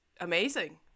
amazing